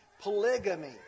polygamy